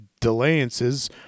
delayances